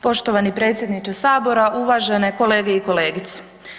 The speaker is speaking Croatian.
Poštovani predsjedniče Sabora, uvažene kolege i kolegice.